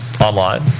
online